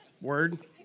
word